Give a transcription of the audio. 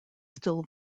still